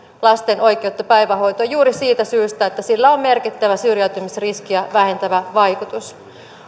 lasten oikeutta päivähoitoon juuri siitä syystä että sillä on merkittävä syrjäytymisriskiä vähentävä vaikutus